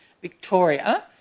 Victoria